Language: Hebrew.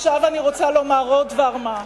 עכשיו אני רוצה לומר עוד דבר מה.